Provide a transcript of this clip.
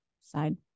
side